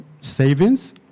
savings